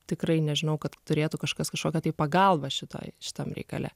tikrai nežinau kad turėtų kažkas kažkokią tai pagalbą šitoj šitam reikale